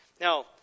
Now